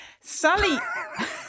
Sally